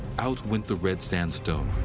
out went the red sandstone,